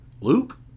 Luke